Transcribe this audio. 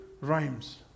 rhymes